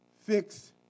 fix